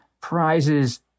prizes